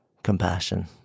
compassion